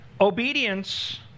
Obedience